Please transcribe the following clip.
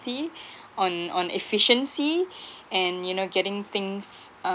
on on efficiency and you know getting things